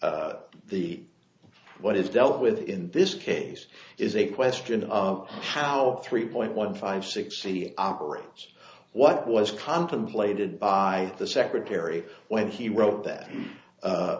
the what is dealt with in this case is a question of how three point one five sixty operates what was contemplated by the secretary when he wrote that